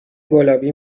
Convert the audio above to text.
گلابی